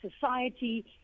society